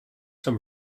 some